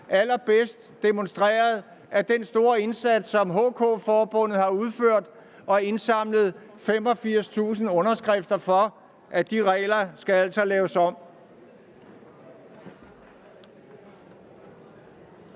allerbedst demonstreret af den store indsats, som forbundet HK har udført, med at indsamle 85.000 underskrifter for, at de regler altså skal laves om.